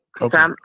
Okay